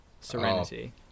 serenity